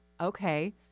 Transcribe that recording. Okay